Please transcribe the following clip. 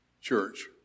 church